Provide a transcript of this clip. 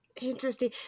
Interesting